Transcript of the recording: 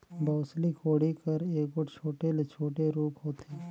बउसली कोड़ी कर एगोट छोटे ले छोटे रूप होथे